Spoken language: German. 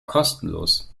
kostenlos